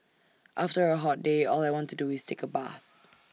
after A hot day all I want to do is take A bath